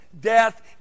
death